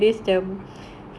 um but like